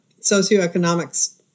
socioeconomic